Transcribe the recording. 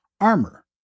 Armor